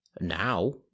now